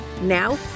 Now